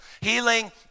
healing